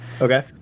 okay